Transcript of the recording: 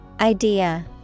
Idea